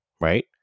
right